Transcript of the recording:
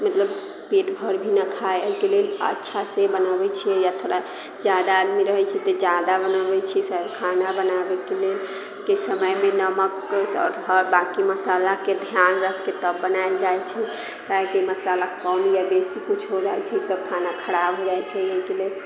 मतलब पेटभरि भी न खाय ओहिके लेल अच्छासँ बनाबैत छियै आ थोड़ा ज्यादा आदमी रहैत छै तऽ ज्यादा बनबैत छियै सभ खाना बनाबयके लेल के समयमे नमक आओर बाँकी मसालाकेँ ध्यान राखि कऽ तब बनायल जाइत छै काहेकि मसाला कम या बेसी किछु हो जाइत छै तऽ खाना खराब हो जाइत छै एहिके लेल